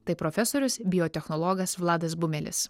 tai profesorius biotechnologijas vladas bumelis